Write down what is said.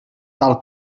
tal